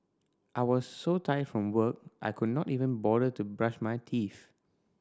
I was so tired from work I could not even bother to brush my teeth